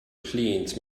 cleaned